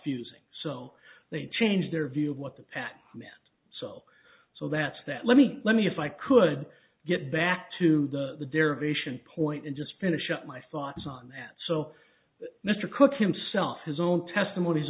using so they changed their view of what the path so so that's that let me let me if i could get back to the derivation point and just finish up my thoughts on that so mr cooke himself his own testimon